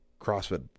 CrossFit